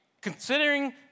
considering